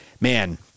man